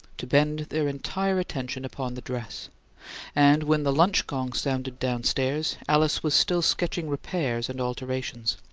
to bend their entire attention upon the dress and when the lunch-gong sounded downstairs alice was still sketching repairs and alterations.